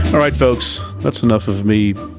and right folks, that's enough of me